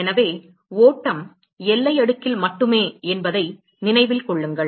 எனவே ஓட்டம் எல்லை அடுக்கில் மட்டுமே என்பதை நினைவில் கொள்ளுங்கள்